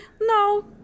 No